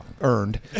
earned